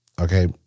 Okay